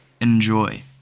enjoy